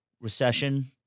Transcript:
recession